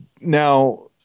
Now